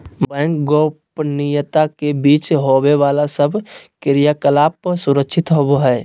bank गोपनीयता के बीच होवे बाला सब क्रियाकलाप सुरक्षित होवो हइ